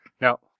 Now